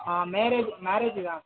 marriage marriage தான் sir